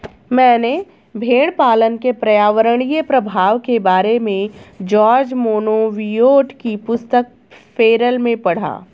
मैंने भेड़पालन के पर्यावरणीय प्रभाव के बारे में जॉर्ज मोनबियोट की पुस्तक फेरल में पढ़ा